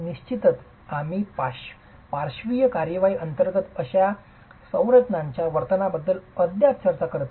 निश्चितच आम्ही पार्श्विक कारवाई अंतर्गत अशा संरचनांच्या वर्तनाबद्दल अद्याप चर्चा करीत नाही